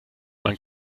man